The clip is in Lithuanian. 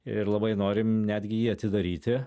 ir labai norim netgi jį atidaryti